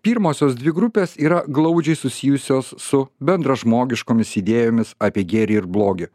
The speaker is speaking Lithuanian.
pirmosios dvi grupės yra glaudžiai susijusios su bendražmogiškomis idėjomis apie gėrį ir blogį